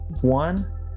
One